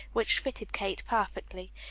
which fitted kate perfectly.